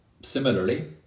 Similarly